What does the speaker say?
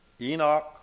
Enoch